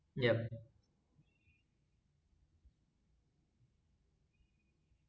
yup